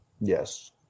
Yes